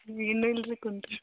ಇನ್ನೂ ಇಲ್ಲರಿ ಕೂತ್ರ